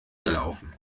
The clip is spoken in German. gelaufen